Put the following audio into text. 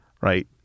Right